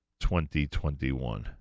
2021